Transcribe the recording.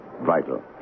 Vital